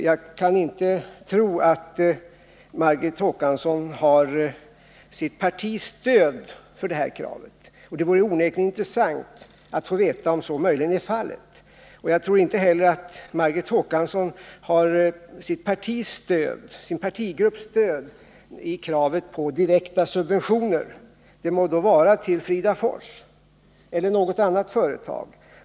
Jag kan inte tro att Margot Håkansson har sitt partis stöd för detta krav. Det vore onekligen intressant att få veta om så möjligen är fallet. Jag tror inte heller att Margot Håkansson har sin partigrupps stöd i kravet på direkta subventioner — det må då vara till Fridafors eller till något annat företag.